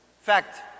fact